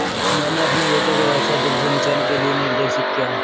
मैंने अपने बेटे को वर्षा जल संचयन के लिए निर्देशित किया